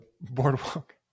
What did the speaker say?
boardwalk